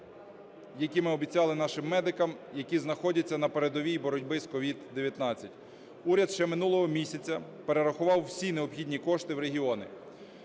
які ми обіцяли нашим медикам, які знаходяться на передовій боротьби з COVID-19. Уряд ще минулого місяця перерахував всі необхідні кошти в регіони.